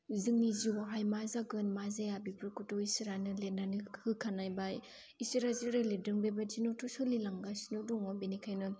जोंनि जिउआवहाय मा जागोन मा जाया बेफोरखौथ' इसोरानो लिरनानै होखानाय बा इसोरा जेरै लिरदों बेबायदिनोथ' सोलि लांगासिनो दङ बिनिखायनो